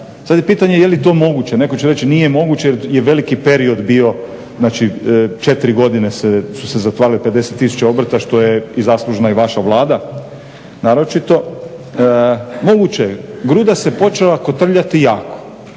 pitanje je li to moguće, netko će reći nije moguće jer je veliki period bio znači 4 godine su se zatvarali 50 tisuća obrta što je i zaslužna i vaša Vlada naročito. Moguće je, gruda se počela kotrljati jako.